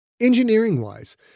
Engineering-wise